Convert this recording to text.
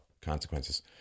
consequences